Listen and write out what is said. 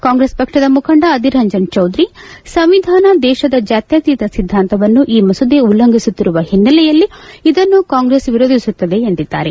ಕಾಂಗ್ರೆಸ್ ಪಕ್ಷದ ಮುಖಂಡ ಅಧಿರ್ ರಂಜನ್ ಚೌಧರಿ ಸಂವಿಧಾನ ದೇಶದ ಜಾತ್ನತೀತ ಸಿದ್ಲಾಂತವನ್ನು ಈ ಮಸೂದೆ ಉಲ್ಲಂಘಿಸುತ್ತಿರುವ ಹಿನ್ನೆಲೆಯಲ್ಲಿ ಇದನ್ನು ಕಾಂಗ್ರೆಸ್ ವಿರೋಧಿಸುತ್ತದೆ ಎಂದಿದ್ದಾರೆ